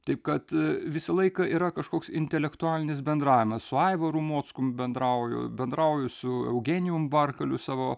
taip kad visą laiką yra kažkoks intelektualinis bendravimas su aivaru mockum bendrauju bendrauju su eugenijum varkaliu savo